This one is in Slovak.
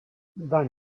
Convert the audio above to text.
daň